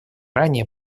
ранее